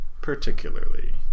particularly